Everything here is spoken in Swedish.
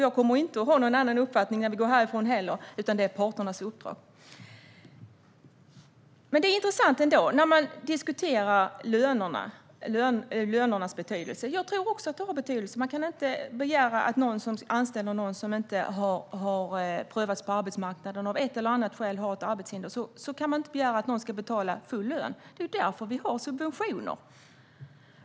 Jag kommer heller inte att ha någon annan uppfattning när vi går härifrån - detta är parternas uppdrag. Det är intressant att diskutera lönernas betydelse. Jag tror också att lönerna har betydelse. Det går inte att begära att någon ska betala full lön när den anställer en person som inte har prövats på arbetsmarknaden - en person som av ett eller annat skäl har ett arbetshinder. Det är ju därför vi har subventioner.